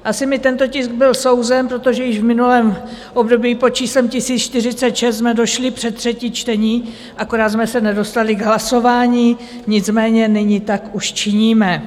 Asi mi tento tisk byl souzen, protože již v minulém období pod číslem 1046 jsme došli před třetí čtení, akorát jsme se nedostali k hlasování, nicméně nyní tak už činíme.